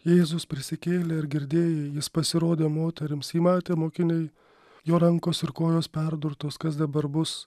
jėzus prisikėlė ar girdėjai jis pasirodė moterims jį matė mokiniai jo rankos ir kojos perdurtos kas dabar bus